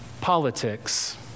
politics